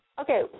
okay